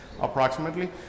approximately